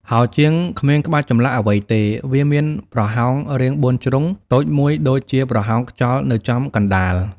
ហោជាងគ្មានក្បាច់ចម្លាក់អ្វីទេ វាមានប្រហោងរាងបួនជ្រុងតូចមួយដូចជាប្រហោងខ្យល់នៅចំកណ្តាល។